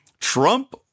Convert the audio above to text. Trump